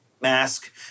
Mask